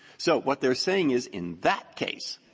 so what they are saying is in that case,